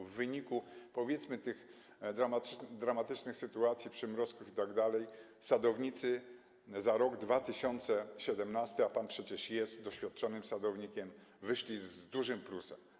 W wyniku, powiedzmy, tych dramatycznych sytuacji, przymrozków itd. sadownicy z roku 2017, a pan przecież jest doświadczonym sadownikiem, wyszli z dużym plusem.